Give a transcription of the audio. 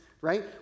right